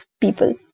people